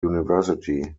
university